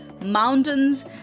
mountains